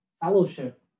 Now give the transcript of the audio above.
fellowship